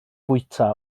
fwyta